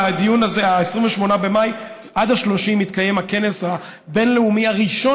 הדיון הזה מ-28 ועד ל-30 במאי יתקיים הכנס הבין-לאומי הראשון